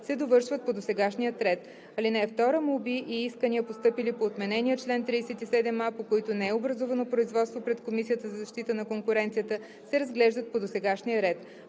се довършват по досегашния ред. (2) Молби и искания, постъпили по отменения чл. 37а, по които не е образувано производство пред Комисията за защита на конкуренцията, се разглеждат по досегашния ред.“